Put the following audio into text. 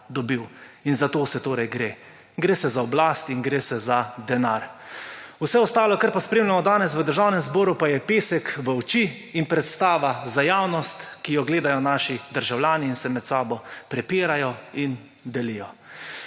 in za to se torej gre. Gre se za oblast in gre se za denar. Vse ostalo, kar pa spremljamo danes v Državnem zboru pa je pesek v oči in predstava za javnost, ki jo gledajo naši državljani in se med sabo prepirajo in delijo.